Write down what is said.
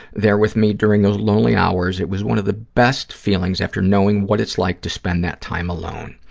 there with me during those lonely hours, it was one of the best feelings after knowing what it's like to spend that time alone.